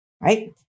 right